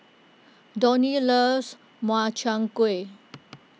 Donny loves Makchang Gui